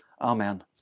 Amen